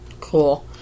Cool